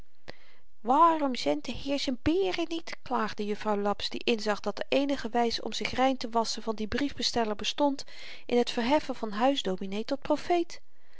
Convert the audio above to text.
waarom zendt de heer z'n beeren niet klaagde juffrouw laps die inzag dat de eenige wys om zich rein te wasschen van dien briefbesteller bestond in t verheffen van huisdominee tot profeet